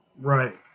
right